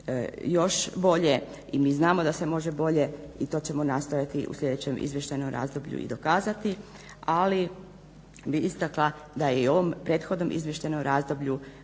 još bolje i mi znamo da se može bolje i to ćemo nastojati i u sljedećem izvještajnom razdoblju i dokazati. Ali bih istakla da je u ovom prethodnom izvještajnom razdoblju